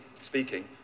speaking